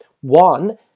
One